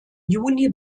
juni